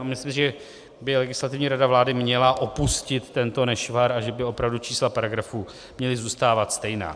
A myslím si, že by Legislativní rada vlády měla opustit tento nešvar a že by opravdu čísla paragrafů měla zůstávat stejná.